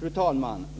Fru talman!